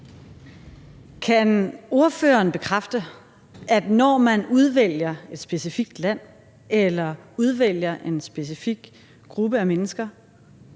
Kan ordføreren bekræfte, at når man udvælger et specifikt land eller udvælger en specifik gruppe af mennesker,